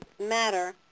matter